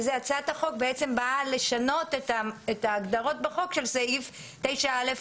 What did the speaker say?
הצעת החוק באה לשנות את ההגדרות בחוק של סעיף 9א,